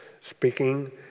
speaking